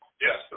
Yes